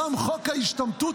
גם חוק ההשתמטות,